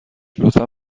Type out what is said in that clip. لطفا